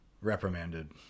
reprimanded